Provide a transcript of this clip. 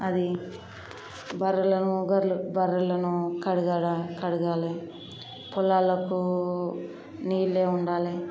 అది బర్రెలును గొర్రెలు బర్రెలను కడగాలి కడగాలి పొలాలకు నీళ్ళే ఉండాలి